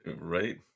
right